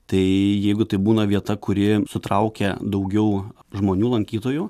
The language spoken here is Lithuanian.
tai jeigu tai būna vieta kuri sutraukia daugiau žmonių lankytojų